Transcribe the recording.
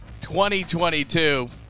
2022